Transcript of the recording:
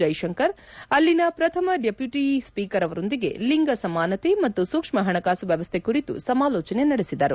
ಜೈಶಂಕರ್ ಅಲ್ಲಿನ ಪ್ರಥಮ deputy speaker ಅವರೊಂದಿಗೆ ಲಿಂಗ ಸಮಾನತೆ ಮತ್ತು ಸೂಕ್ಷ್ನ ಹಣಕಾಸು ವ್ವವಸ್ಥೆ ಕುರಿತು ಸಮಾಲೋಚನೆ ನಡೆಸಿದರು